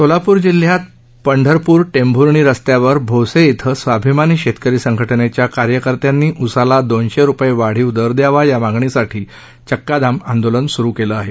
सोलापूर जिल्ह्यात पंढरपूर टेंभुर्णी स्स्त्यावर भोसे कें स्वाभिमानी शेतकरी संघटनेच्या कार्यकर्त्यांनी उसाला दोनशे रुपये वाढीव दर द्यावा या मागणीसाठी चक्काजाम आंदोलन सुरू केलं आहे